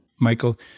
Michael